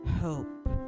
hope